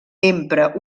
empra